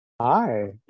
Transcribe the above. Hi